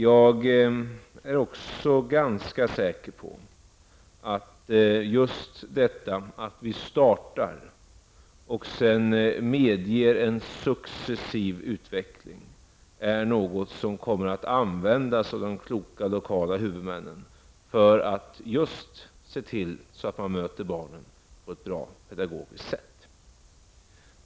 Jag är ganska säker på att just det förhållandet att vi startar och medger en successiv utveckling är någonting som kommer att användas av de kloka lokala huvudmännen för att vidta de åtgärder som behövs för att man skall kunna ta emot barnen på ett bra pedagogiskt sätt.